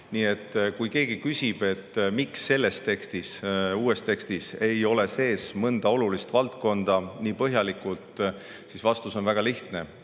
Nii et kui keegi küsib, miks selles uues tekstis ei ole mõnda olulist valdkonda nii põhjalikult sees, siis vastus on väga lihtne.